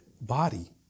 body